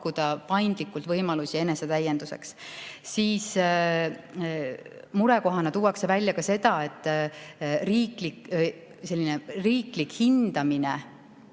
paindlikult võimalusi enesetäienduseks. Murekohana tuuakse välja ka seda, et riiklik hindamine